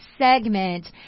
segment